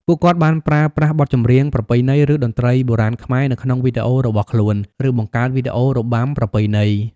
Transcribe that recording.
ពួកគាត់បានប្រើប្រាស់បទចម្រៀងប្រពៃណី ឬតន្ត្រីបុរាណខ្មែរនៅក្នុងវីដេអូរបស់ខ្លួន ឬបង្កើតវីដេអូរបាំប្រពៃណី។